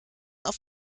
auf